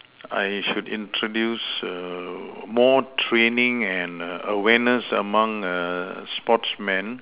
I should introduce err more training and awareness among err sportsman